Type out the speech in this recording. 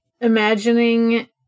imagining